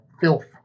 filth